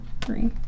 three